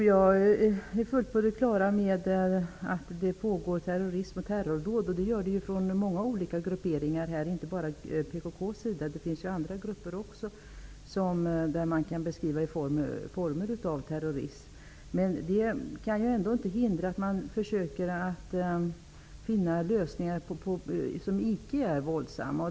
Herr talman! Jag är fullt på det klara med att många olika grupperingar och inte bara PKK utför terrordåd. Det finns ju också andra grupper vilkas verksamhet kan betecknas såsom terrorism. Detta får dock inte hindra att man försöker finna en lösning som inte är våldsam.